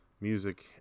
music